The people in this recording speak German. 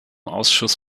ausschuss